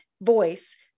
voice